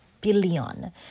billion